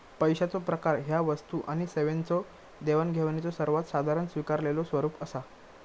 पैशाचो प्रकार ह्या वस्तू आणि सेवांच्यो देवाणघेवाणीचो सर्वात साधारण स्वीकारलेलो स्वरूप असा